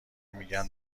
میگن